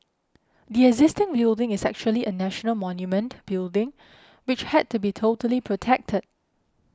the existing building is actually a national monument building which had to be totally protected